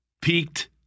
peaked